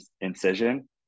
incision